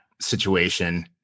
situation